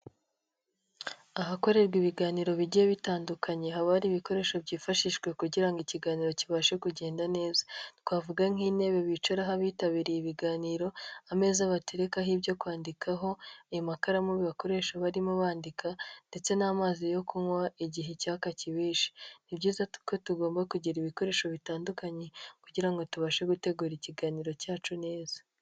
Ahakorerwa ibiganiro bigiye bitandukanye, haba hari ibikoresho byifashishwawe kugira ngo ikiganiro kibashe kugenda neza, twavuga nk'intebe bicaraho abitabiriye ibiganiro, ameza baterekaho ibyo kwandikaho, ayo makaramu bakoreshasho barimo bandika ndetse n'amazi yo kunywa igihe icyaka kibishe; ni byiza kuko tugomba kugira ibikoresho bitandukanye, kugira ngo tubashe gutegura ikiganiro cyacu neza.